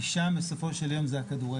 כי שם בסופו של דבר זה הכדורגל.